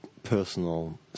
personal